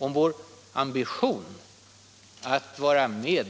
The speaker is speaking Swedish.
Om vår ambition att vara med